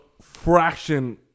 fraction